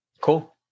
Cool